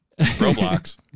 Roblox